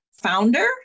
founder